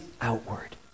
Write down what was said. outward